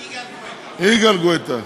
יגאל גואטה.